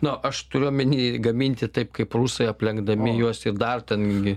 na aš turiu omeny gaminti taip kaip rusai aplenkdami juos ir dar ten